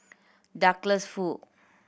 Douglas Foo